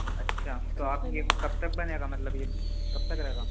اچھا تو آپ یہ کب تک بنے گا مطلب یہ کب تک رہے گا